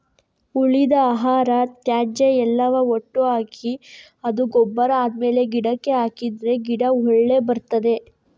ಉಳಿದ ಆಹಾರ, ತ್ಯಾಜ್ಯ ಎಲ್ಲವ ಒಟ್ಟು ಹಾಕಿ ಅದು ಗೊಬ್ಬರ ಆದ್ಮೇಲೆ ಗಿಡಕ್ಕೆ ಹಾಕಿದ್ರೆ ಗಿಡ ಒಳ್ಳೆ ಬರ್ತದೆ